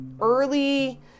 early